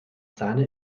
sahne